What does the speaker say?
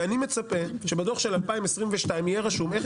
ואני מצפה שבדוח של 2022 יהיה רשום איך